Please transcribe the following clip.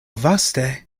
vaste